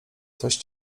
coś